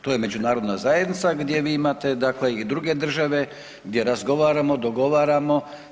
To je međunarodna zajednica gdje vi imate dakle i druge države gdje razgovaramo, dogovaramo.